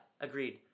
agreed